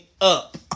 up